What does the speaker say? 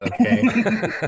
okay